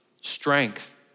strength